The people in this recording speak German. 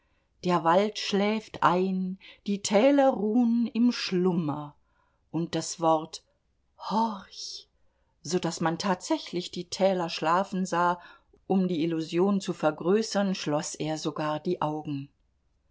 der wald schläft ein die täler ruh'n im schlummer und das wort horch so daß man tatsächlich die täler schlafen sah um die illusion zu vergrößern schloß er sogar die augen